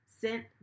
sent